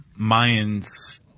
Mayans